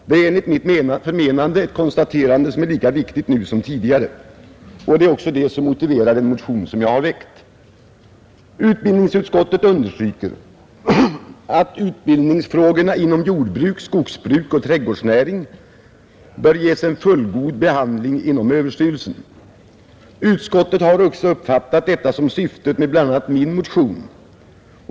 Det är enligt mitt förmenande ett konstaterande som är lika viktigt nu som tidigare. Det är också det som har motiverat den motion som jag har väckt. Utbildningsutskottet understryker att utbildningsfrågorna inom jordbruk, skogsbruk och trädgårdsnäring bör ges en fullgod behandling inom överstyrelsen. Utskottet har också uppfattat detta som syftet med bl.a. min motion.